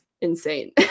insane